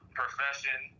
profession